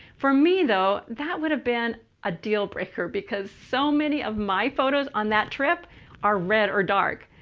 for me, though, that would have been a deal breaker because so many of my photos on that trip are red or dark.